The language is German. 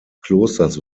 klosters